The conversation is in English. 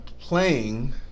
Playing